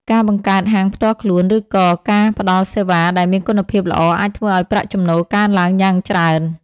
ការបង្កើតហាងផ្ទាល់ខ្លួន ឬក៏ការផ្តល់សេវាដែលមានគុណភាពល្អអាចធ្វើឲ្យប្រាក់ចំណូលកើនឡើងយ៉ាងច្រើន។